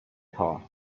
car